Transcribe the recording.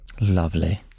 Lovely